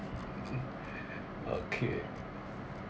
okay